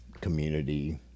community